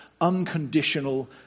unconditional